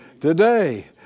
today